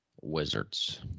Wizards